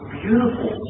beautiful